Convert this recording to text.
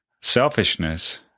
Selfishness